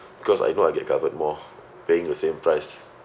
because I know I get covered more paying the same price